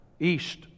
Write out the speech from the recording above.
east